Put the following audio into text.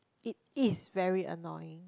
it is very annoying